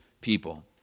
people